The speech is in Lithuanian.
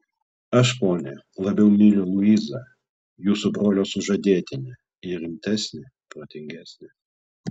aš ponia labiau myliu luizą jūsų brolio sužadėtinę ji rimtesnė protingesnė